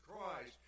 Christ